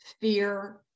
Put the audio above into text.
Fear